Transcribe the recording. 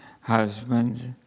Husbands